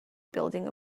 building